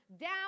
down